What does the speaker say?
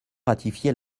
ratifier